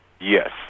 yes